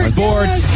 Sports